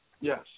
Yes